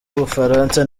w’ubufaransa